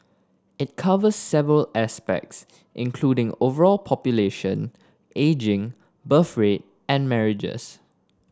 it covers several aspects including overall population ageing birth rate and marriages